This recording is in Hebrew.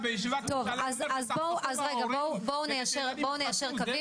בואו ניישר קווים.